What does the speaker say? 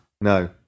No